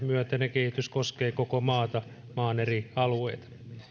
kehitys koskee koko maata maan eri alueita